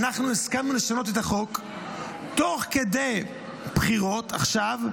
אנחנו הסכמנו לשנות את החוק תוך כדי בחירות עכשיו,